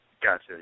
Gotcha